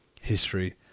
history